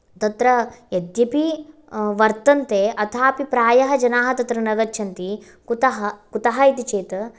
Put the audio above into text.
तत्र यद्यपि वर्तन्ते अथापि प्रायः जनाः तत्र न गच्छन्ति कुतः कुतः इति चेत्